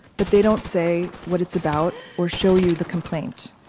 but they don't say what it's about or show you the complaint.